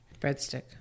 breadstick